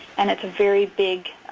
and it's a very big,